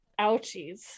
ouchies